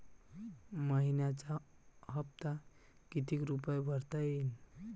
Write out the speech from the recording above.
मइन्याचा हप्ता कितीक रुपये भरता येईल?